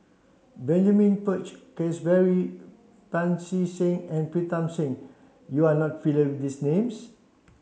Benjamin Peach Keasberry Pancy Seng and Pritam Singh you are not with these names